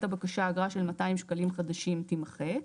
הבקשה אגרה של 200 שקלים חדשים" תימחק.